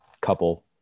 couple